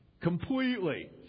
Completely